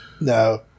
No